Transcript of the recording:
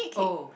oh